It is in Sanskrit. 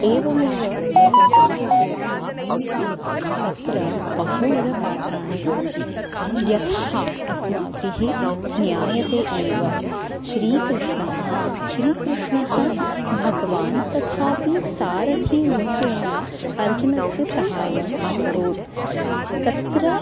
एवमेव महाभारते अपि तत्र बहुविदपात्राणि सन्ति यथा अस्माभिः ज्ञायते एव श्रीकृष्णः श्रीकृष्णः भगवान् तथापि सारथीरूपेण अर्जुनस्य सहायम् अकरोत् तत्र